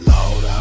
Lord